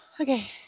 Okay